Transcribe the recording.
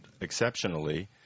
exceptionally